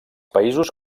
països